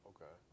Okay